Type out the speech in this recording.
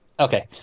Okay